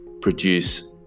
produce